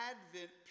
Advent